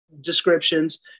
descriptions